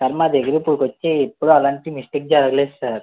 sir మా దగ్గర ఇప్పటికి వచ్చి ఎప్పుడు అలాంటి మిస్టేక్ జరగలేదు సార్